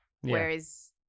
Whereas